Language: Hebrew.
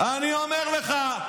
אני אומר לך,